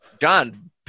John